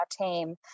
team